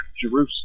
Jerusalem